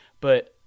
but-